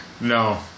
No